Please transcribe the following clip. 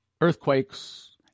earthquakes